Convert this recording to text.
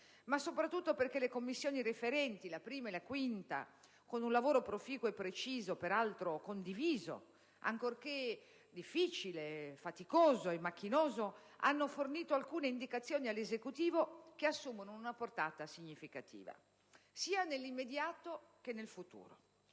ma soprattutto perché le Commissioni referenti, la 1a e 5a, con un lavoro proficuo e preciso, peraltro condiviso, ancorché difficile, faticoso e macchinoso, hanno fornito alcune indicazioni all'Esecutivo che assumono una portata significativa, sia nell'immediato che nel futuro.